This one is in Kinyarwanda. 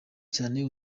cyane